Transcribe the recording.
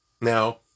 Now